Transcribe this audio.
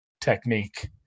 technique